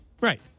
Right